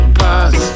pass